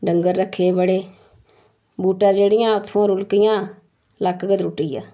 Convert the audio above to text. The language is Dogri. डंगर रक्खे बड़े बूहटै'र चढ़ियां उत्थुआं रुलकियां लक्क गै त्रुट्टी गेआ